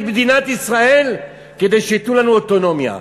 מדינת ישראל כדי שייתנו לנו אוטונומיה,